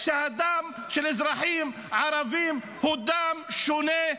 שהדם של אזרחים ערבים הוא דם שונה,